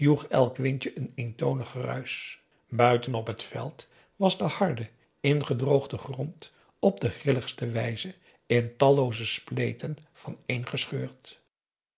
elk windje n eentonig geruisch buiten op het veld was de harde ingedroogde grond op de grilligste wijze in tallooze spleten vaneen gescheurd